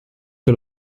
che